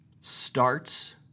starts